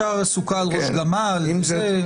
יש לי שאלה ואז הערות פתיחה.